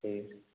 ঠিক